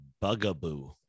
bugaboo